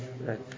Right